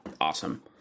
awesome